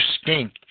stink